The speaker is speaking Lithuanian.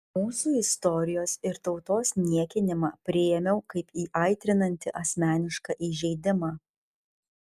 mūsų istorijos ir tautos niekinimą priėmiau kaip įaitrinantį asmenišką įžeidimą